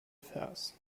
vers